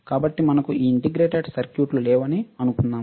కాబట్టి మనకు ఈ ఇంటిగ్రేటెడ్ సర్క్యూట్లు లేవని అనుకుందాము